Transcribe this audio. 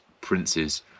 princes